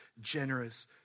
generous